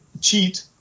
cheat